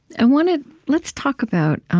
i want to let's talk about